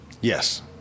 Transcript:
Yes